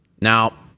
Now